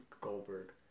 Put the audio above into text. Goldberg